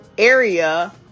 area